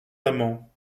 amants